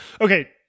Okay